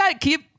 keep